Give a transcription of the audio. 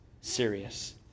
serious